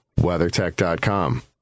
WeatherTech.com